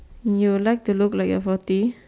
you would like to look like you are forty